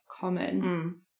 common